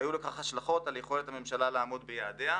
והיו לכך השלכות על יכולת הממשלה לעמוד ביעדיה.